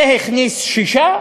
זה הכניס שישה